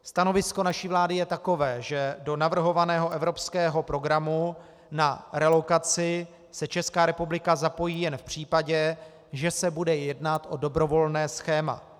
Stanovisko naší vlády je takové, že do navrhovaného evropského programu na relokaci se Česká republika zapojí jen v případě, že se bude jednat o dobrovolné schéma.